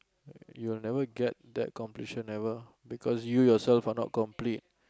you will never get that completion ever because you yourself are not complete